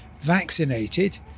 vaccinated